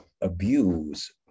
abuse